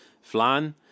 flan